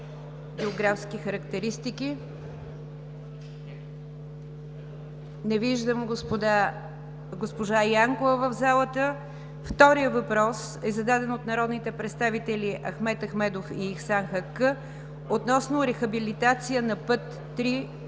географски характеристики. Не виждам госпожа Янкова в залата. Вторият въпрос е зададен от народните представители Ахмед Реджебов Ахмедов и Ихсан Халил Хаккъ относно рехабилитация на път